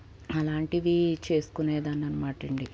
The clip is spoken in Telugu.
అలాంటివి చేసుకునేదానిని అనమాటండి